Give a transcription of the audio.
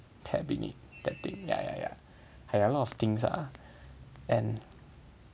cabinet that thing ya ya ya I have a lot of things ah and